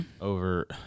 over